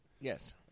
Yes